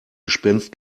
gespenst